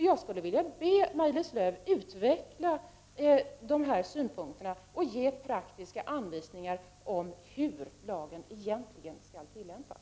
Jag skulle vilja be Maj-Lis Lööw utveckla dessa synpunkter och ge praktiska anvisningar om hur lagen egentligen skall tillämpas.